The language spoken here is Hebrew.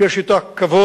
שיש אתה כבוד.